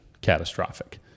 catastrophic